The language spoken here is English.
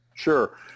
Sure